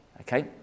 okay